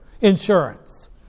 insurance